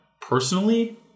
Personally